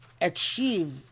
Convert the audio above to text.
achieve